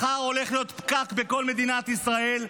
מחר הולך להיות פקק בכל מדינת ישראל,